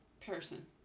person